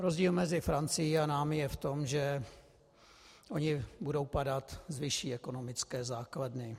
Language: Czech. Rozdíl mezi Francií a námi je v tom, že oni budou padat z vyšší ekonomické základny.